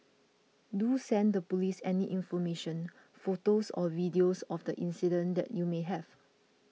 do send the police any information photos or videos of the incident that you may have